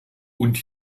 und